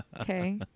Okay